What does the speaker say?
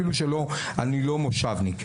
אפילו שאני לא מושבניק.